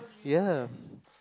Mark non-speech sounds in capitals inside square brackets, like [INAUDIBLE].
[NOISE] ya [BREATH]